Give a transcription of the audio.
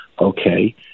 okay